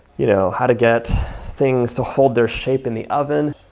you know how to get things to hold their shape in the oven.